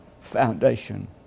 foundation